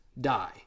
die